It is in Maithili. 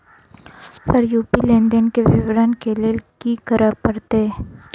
सर यु.पी.आई लेनदेन केँ विवरण केँ लेल की करऽ परतै?